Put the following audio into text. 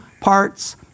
parts